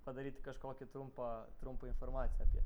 padaryt kažkokį trumpą trumpą informaciją apie